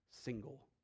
single